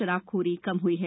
शराबखोरी कम हुई है